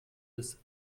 bis